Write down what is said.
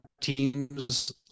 teams